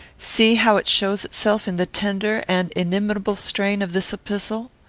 see how it shows itself in the tender and inimitable strain of this epistle.